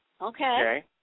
Okay